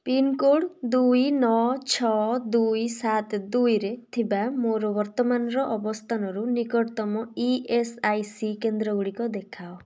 pincode ଦୁଇ ନଅ ଛଅ ଦୁଇ ସାତ ଦୁଇରେ ଥିବା ମୋର ବର୍ତ୍ତମାନର ଅବସ୍ଥାନରୁ ନିକଟତମ ଇ ଏସ୍ ଆଇ ସି କେନ୍ଦ୍ର ଗୁଡ଼ିକ ଦେଖାଅ